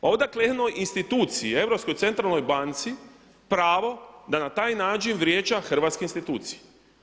Pa odakle jednoj instituciji Europskoj centralnoj banci pravo da na taj način vrijeđa hrvatske institucije.